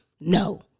No